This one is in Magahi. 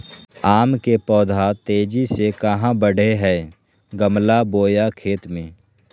आम के पौधा तेजी से कहा बढ़य हैय गमला बोया खेत मे?